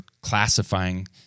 classifying